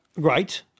Great